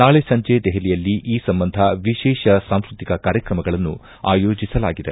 ನಾಳೆ ಸಂಜೆ ದೆಹಲಿಯಲ್ಲಿ ಈ ಸಂಬಂಧ ವಿಶೇಷ ಸಾಂಸ್ಕೃತಿಕ ಕಾರ್ಯಕ್ರಮಗಳನ್ನು ಆಯೋಜಿಸಲಾಗಿದೆ